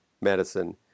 medicine